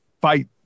fight